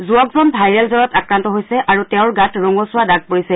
যুৱকজন ভাইৰেল জ্বৰত আক্ৰান্ত হৈছে আৰু তেওঁৰ গাত ৰঙছুৱা দাগ পৰিছে